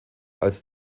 als